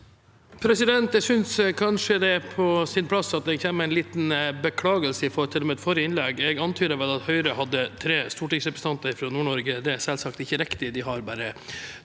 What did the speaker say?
Jeg synes kanskje det er på sin plass at jeg kommer med en liten beklagelse med tanke på mitt forrige innlegg. Jeg antydet vel at Høyre hadde tre stortingsrepresentanter fra Nord-Norge, og det er selvsagt ikke riktig: De har bare